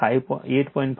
5 તેથી 8